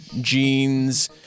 Jeans